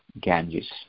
Ganges